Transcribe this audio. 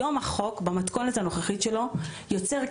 היום החוק במתכונת הנוכחית שלו יוצר קשר,